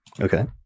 Okay